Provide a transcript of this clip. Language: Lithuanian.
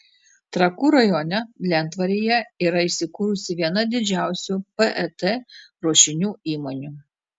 trakų rajone lentvaryje yra įsikūrusi viena didžiausių pet ruošinių įmonių